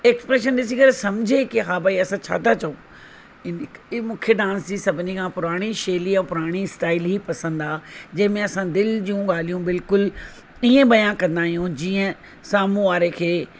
expression ॾिसी करे सम्झे की हा भई असां छाथा चयूं इन करे मूंखे डांस जी सभिनी खां पुराणी शैली आहे पुराणी स्टाइल ई पसंदि आहे जंहिंमें असां दिलि जूं ॻाल्हियूं बिल्कुलु ईअं बयानु कंदा आहियूं जीअं साम्हूं वारे खे